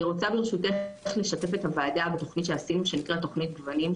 אני רוצה ברשותך לשתף את הוועדה בתכנית שעשינו שנקראת תכנית גוונים,